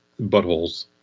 buttholes